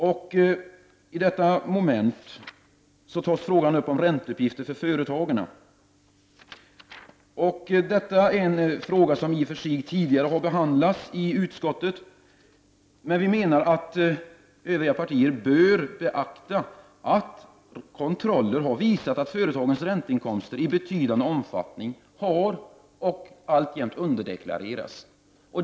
Under detta moment tas frågan om företagens ränteuppgifter upp. Frågan har i och för sig behandlats tidigare i utskottet. Vi menar att de övriga partierna bör beakta att kontroller har visat att företa gens ränteinkomster i betydande omfattning har underdeklarerats och alltjämt underdeklareras.